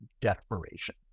desperation